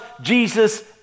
Jesus